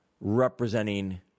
representing